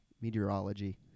meteorology